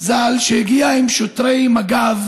ז"ל הגיע עם שוטרי מג"ב